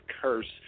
curse